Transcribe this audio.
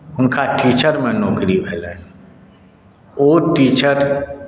हुनका टीचरमे नौकरी भेलनि ओ टीचर